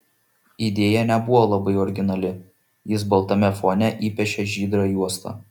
idėja nebuvo labai originali jis baltame fone įpiešė žydrą juostą